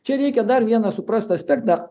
čia reikia dar vieną suprast aspektą